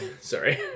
Sorry